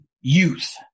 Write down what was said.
youth